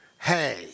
hey